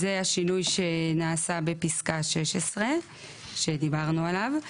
זה השינוי שנעשה בפסקה 16 שדיברנו עליו.